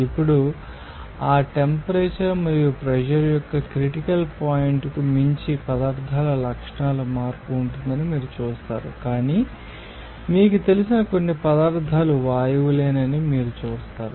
ఇప్పుడు ఆ టెంపరేచర్ మరియు ప్రెషర్ యొక్క క్రిటికల్ పాయింట్ కు మించి పదార్థాల లక్షణాల మార్పు ఉంటుందని మీరు చూస్తారు కాని మీకు తెలిసిన కొన్ని పదార్థాలు వాయువులేనని మీరు చూస్తారు